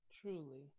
Truly